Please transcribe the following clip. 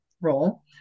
role